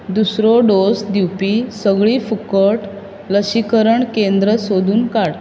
दुसरो डोस दिवपी सगळीं फुकट लसीकरण केंद्र सोदून काड